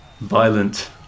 violent